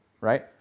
right